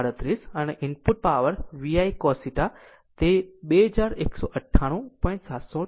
9838 અને input power VI cos theta તે 2198